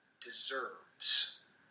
deserves